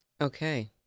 Okay